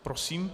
Prosím.